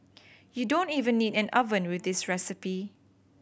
you don't even need an oven with this recipe